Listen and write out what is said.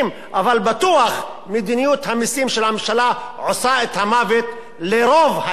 אבל בטוח מדיניות המסים של הממשלה עושה את המוות לרוב האזרחים.